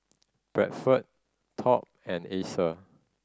Bradford Top and Acer